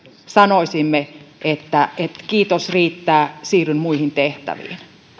sanoisimme että kiitos riittää siirryn muihin tehtäviin